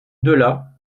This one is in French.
delà